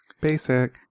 Basic